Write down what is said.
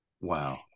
Wow